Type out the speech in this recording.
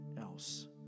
else